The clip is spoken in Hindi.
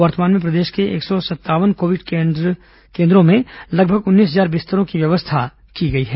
वर्तमान में प्रदेश के एक सौ संतावन कोविड केयर केन्द्रों में लगभग उन्नीस हजार बिस्तरों की व्यवस्था है